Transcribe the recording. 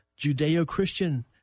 Judeo-Christian